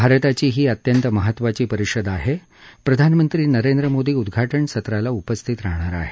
भारताची ही अत्यंत महत्वाची परिषद असून प्रधानमंत्री नरेंद्र मोदी उद्घाटन सत्राला उपस्थित राहणार आहेत